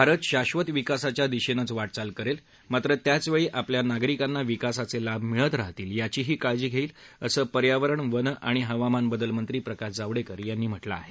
भारत शाश्वत विकासाच्या दिशेनंच वाटचाल करेल मात्र त्याचवेळी आपल्या नागरिकांना विकासाचे लाभ मिळत राहतील याचीही काळजी घेईल असं पर्यावरण वन आणि हवामानबदलमंत्री प्रकाश जावडेकर यांनी म्हटलं आहे